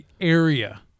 area